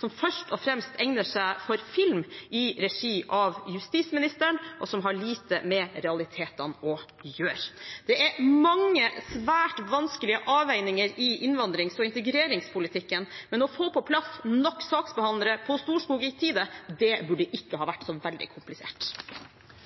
som først og fremst egner seg for film i regi av justisministeren, og som har lite med realitetene å gjøre. Det er mange svært vanskelige avveininger i innvandrings- og integreringspolitikken. Men å få på plass nok saksbehandlere på Storskog i tide burde ikke ha vært så veldig komplisert.